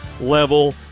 level